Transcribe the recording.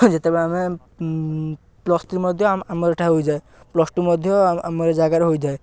ଯେତେବେଳେ ଆମେ plus three ମଧ୍ୟ ଆମର ଏଠାରେ ହୋଇଯାଏ ପ୍ଲସ ଟୁ ମଧ୍ୟ ଆମ ଆମର ଏ ଜାଗାରେ ହୋଇଯାଏ